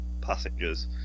passengers